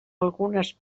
algunes